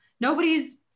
Nobody's